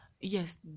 Yes